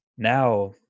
Now